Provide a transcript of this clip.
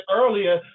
earlier